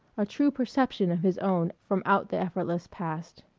a true perception of his own from out the effortless past.